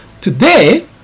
today